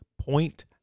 point